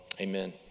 Amen